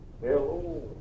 Hello